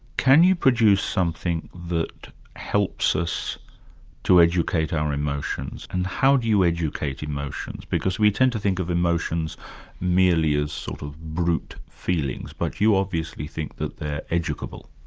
can you produce something that helps us to educate our emotions, and how do you educate emotions, because we tend to think of emotions merely as sort of brute feelings, but you obviously think that they're educable.